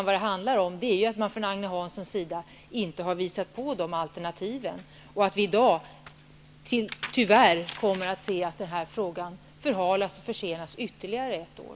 Vad det handlar om är att Agne Hansson inte har visat på något alternativ och att vi tyvärr kommer att få se att frågan förhalas och försenas ytterligare ett år.